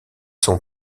son